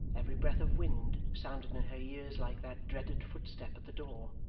every breath of wind sounded in her ears like that dreaded footstep at the door,